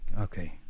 okay